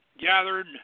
gathered